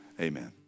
Amen